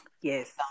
Yes